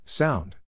Sound